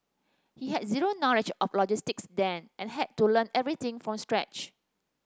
he had zero knowledge of logistics then and had to learn everything from scratch